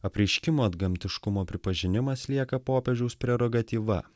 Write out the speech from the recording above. apreiškimo antgamtiškumo pripažinimas lieka popiežiaus prerogatyva